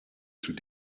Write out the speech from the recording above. sous